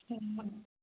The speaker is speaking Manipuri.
ꯍꯣꯏ ꯍꯣꯏ